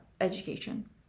education